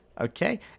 Okay